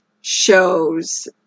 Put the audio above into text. shows